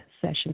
session